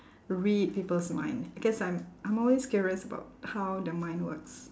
read people's mind because I'm I'm always curious about how the mind works